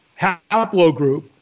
haplogroup